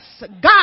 god